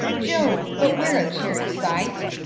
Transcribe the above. jove! but we're a cheery sight!